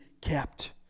kept